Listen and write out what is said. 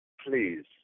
please